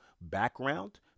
background